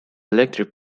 electric